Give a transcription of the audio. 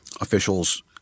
officials